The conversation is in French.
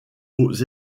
aux